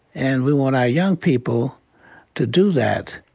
and we want our young people to do that.